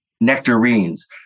nectarines